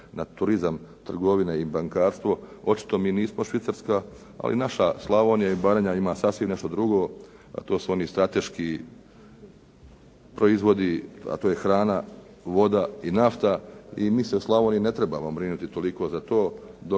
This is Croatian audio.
na turizam, trgovine i bankarstvo. Očito mi nismo Švicarska ali naša Slavonija i Baranja ima sasvim nešto drugo, a to su oni strateški proizvodi, a to je hrana, voda i nafta. I mi se u Slavoniji ne trebamo brinuti toliko za to dok